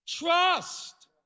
trust